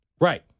Right